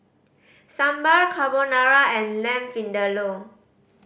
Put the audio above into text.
Sambar Carbonara and Lamb Vindaloo